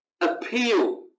appeal